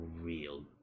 real